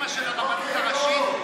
באימ-אימא של הרבנות הראשית,